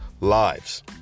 lives